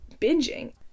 binging